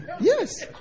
Yes